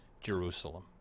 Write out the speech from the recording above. Jerusalem